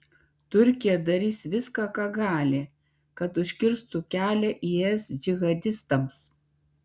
turkija darys viską ką gali kad užkirstų kelią is džihadistams